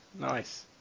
nice